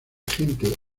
gente